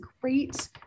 great